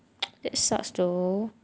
that sucks though